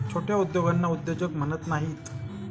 छोट्या उद्योगांना उद्योजक म्हणत नाहीत